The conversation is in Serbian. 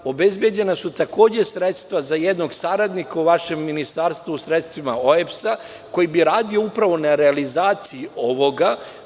Obezbeđena su takođe sredstva za jednog saradnika u vašem ministarstvu u sredstvima OEBS, koji bi radio upravo na realizaciji ovoga.